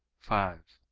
five.